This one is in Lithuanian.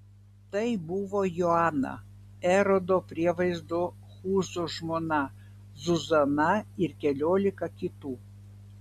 tai buvo joana erodo prievaizdo chūzo žmona zuzana ir keliolika kitų